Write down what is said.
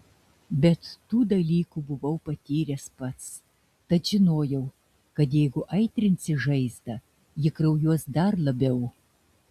bet tų dalykų buvau patyręs pats tad žinojau kad jeigu aitrinsi žaizdą ji kraujuos dar labiau